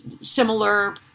similar